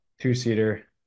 Two-seater